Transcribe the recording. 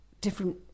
different